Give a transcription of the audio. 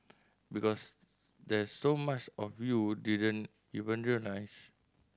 because there's so much of you didn't even realise